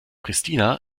pristina